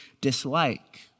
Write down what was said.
dislike